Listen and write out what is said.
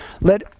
Let